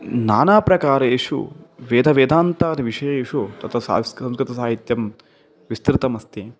नानाप्रकारेषु वेदवेदान्तादिविषयेषु तत् संस्कृतसाहित्यं विस्तृतमस्ति